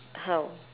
how